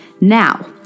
Now